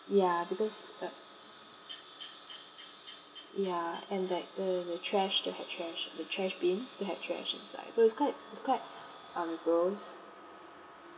ya because uh ya and like the the thrash still had thrash the trash bin still had trash inside so it's quite it's quite um gross